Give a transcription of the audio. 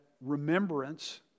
remembrance